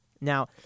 Now